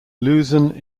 luzon